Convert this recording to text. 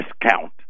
discount